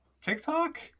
TikTok